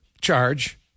charge